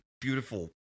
beautiful